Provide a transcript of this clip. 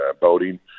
boating